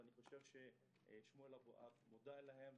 ואני חושב ששמואל אבוהב מודע להן,